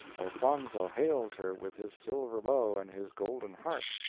elfonzo hails her with his silver bow and his golden harp.